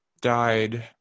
died